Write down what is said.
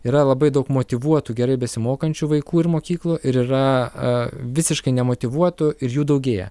yra labai daug motyvuotų gerai besimokančių vaikų ir mokyklų ir yra visiškai nemotyvuotų ir jų daugėja